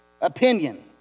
opinion